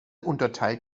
unterteilt